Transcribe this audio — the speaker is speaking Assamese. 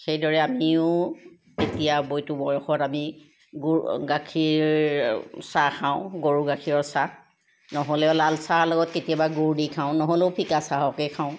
সেইদৰে আমিও এতিয়া এইটো বয়সত গুড় গাখীৰ চাহ খাওঁ গৰু গাখীৰৰ চাহ নহ'লেও লাল চাহৰ লগত গাখীৰ গুড় দি খাওঁ নহ'লেও ফিকা চাহকে খাওঁ